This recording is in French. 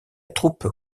troupe